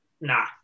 Nah